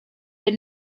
had